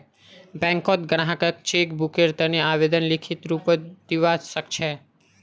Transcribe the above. बैंकत ग्राहक चेक बुकेर तने आवेदन लिखित रूपत दिवा सकछे